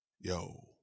yo